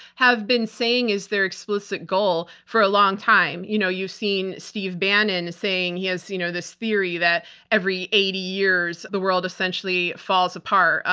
have been saying is their explicit goal for a long time. you know, you've seen steve bannon saying he has you know this theory that every eighty years the world essentially falls apart.